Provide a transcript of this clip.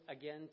again